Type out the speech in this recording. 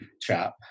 chap